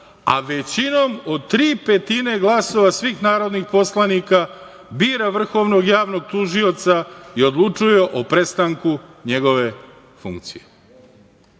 a većinom od tri petine glasova svih narodnih poslanika bira vrhovnog javnog tužioca i odlučuje o prestanku njegove funkcije. Ako